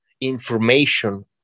information